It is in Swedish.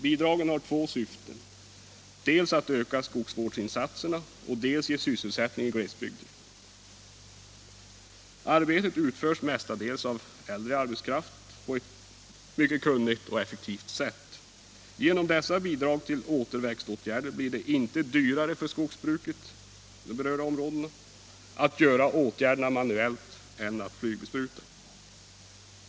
Bidragen har två syften: dels att öka skogsvårdsinsatserna, dels att ge sysselsättning i glesbygder. Arbetet utförs mestadels av äldre arbetskraft på ett mycket kunnigt och effektivt sätt. Genom dessa bidrag till återväxtåtgärder blir det inte dyrare för skogsbruket i de berörda områdena att göra åtgärderna manuellt än att flygbespruta.